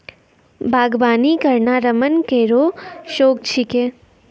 बागबानी करना रमन केरो शौक छिकै